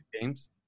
games